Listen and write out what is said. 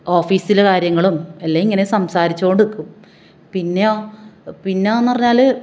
ഓഫീസിലെ കാര്യങ്ങളും എല്ലാ ഇങ്ങനെ സംസാരിച്ചുകൊണ്ട് നിൽക്കും പിന്നെയോ പിന്നെ എന്ന് പറഞ്ഞാൽ